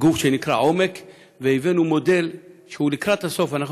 גוף שנקרא "עומק", והבאנו מודל שהוא לקראת הסוף.